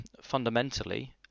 fundamentally